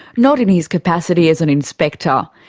not in his capacity as an inspector.